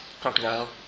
Crocodile